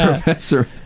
Professor